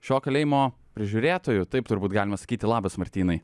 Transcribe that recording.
šio kalėjimo prižiūrėtoju taip turbūt galima sakyti labas martynai